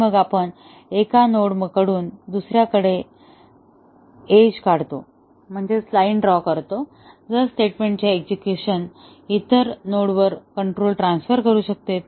आणि मग आपण एका नोडमधून दुस याकडे एक इज काढतो जर स्टेटमेंटचे एक्झेक्युशन इतर नोडवर कंट्रोल ट्रान्सफर करू शकते